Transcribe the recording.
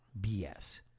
BS